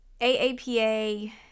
AAPA